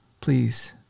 please